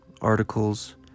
articles